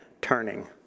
turning